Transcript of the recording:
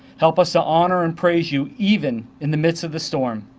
help us to honor and praise you even in the midst of the storm.